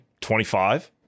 25